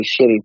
shitty